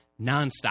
nonstop